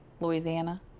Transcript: Louisiana